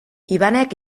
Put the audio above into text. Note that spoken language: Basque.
ibanek